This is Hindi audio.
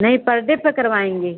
नहीं पर डे पर करवाएँगे